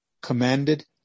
commanded